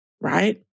right